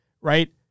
right